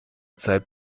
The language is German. zeit